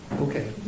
Okay